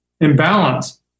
imbalance